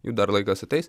jų dar laikas ateis